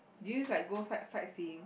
do you like go sight~ sightseeing